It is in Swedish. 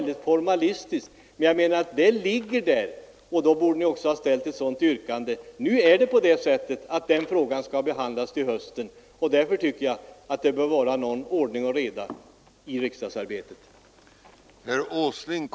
Det måste betyda att år 1972 inte var så förlorat som ni alltid vill göra det till.